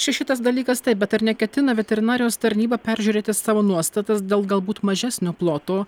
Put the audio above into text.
čia šitas dalykas taip bet ar neketina veterinarijos tarnyba peržiūrėti savo nuostatas dėl galbūt mažesnio ploto